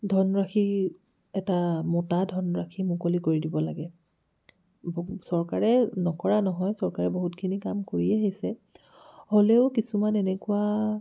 ধনৰাশি এটা মোটা ধনৰাশি মুকলি কৰি দিব লাগে চৰকাৰে নকৰা নহয় চৰকাৰে বহুতখিনি কাম কৰি আহিছে হ'লেও কিছুমান এনেকুৱা